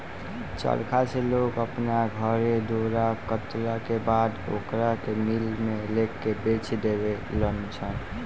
चरखा से लोग अपना घरे डोरा कटला के बाद ओकरा के मिल में लेके बेच देवे लनसन